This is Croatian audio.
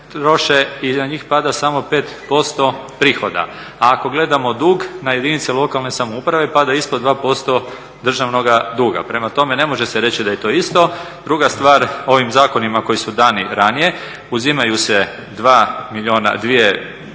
i na njih pada samo 5% prihoda, a ako gledamo dug na jedinice lokalne samouprave pada ispod 2% državnoga duga. Prema tome ne može se reći da je to isto. Druga stvar, ovim zakonima koji su dani ranije uzimaju se 2 milijarde kuna